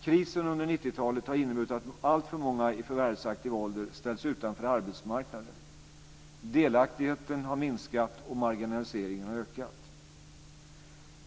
Krisen under 90-talet har inneburit att alltför många i förvärvsaktiv ålder ställs utanför arbetsmarknaden. Delaktigheten har minskat, och marginaliseringen har ökat.